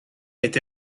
été